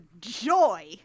joy